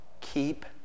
keep